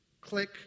click